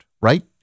right